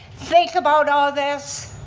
think about all this.